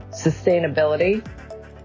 sustainability